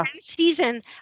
season